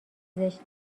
زشت